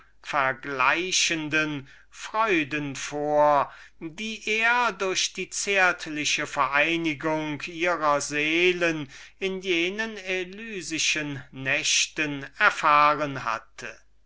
vergleichenden freuden vor die er durch die zärtliche vereinigung ihrer seelen in jenen elysischen nächten erfahren hatte